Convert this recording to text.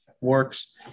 works